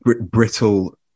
brittle